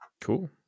Cool